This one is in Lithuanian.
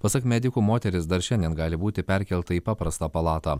pasak medikų moteris dar šiandien gali būti perkelta į paprastą palatą